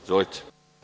Izvolite.